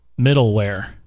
middleware